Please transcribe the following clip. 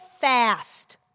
fast